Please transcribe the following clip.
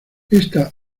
esta